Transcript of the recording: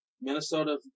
Minnesota